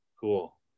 Cool